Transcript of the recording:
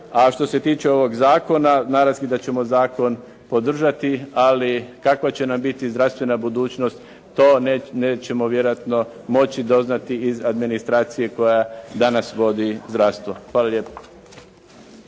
a što se tiče ovog zakona, naravski da ćemo zakon podržati, ali kakva će nam biti zdravstvena budućnost to nećemo vjerojatno moći doznati iz administracije koja danas vodi zdravstvo. Hvala lijepo.